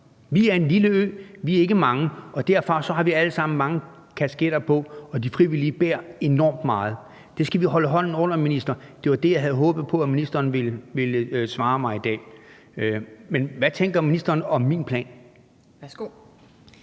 Vi er en lille ø, vi er ikke mange, og derfor har vi alle sammen mange kasketter på, og de frivillige bærer enormt meget. Det skal vi holde hånden under, minister, og det var det, jeg havde håbet på ministeren ville svare mig i dag. Men hvad tænker ministeren om min plan? Kl.